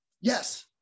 Yes